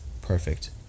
Perfect